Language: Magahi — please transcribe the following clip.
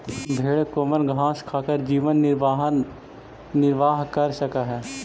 भेंड कोमल घास खाकर जीवन निर्वाह कर सकअ हई